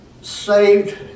saved